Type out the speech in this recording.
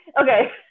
Okay